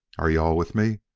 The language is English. are you-all with me?